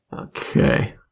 Okay